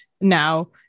now